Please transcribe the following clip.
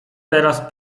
teraz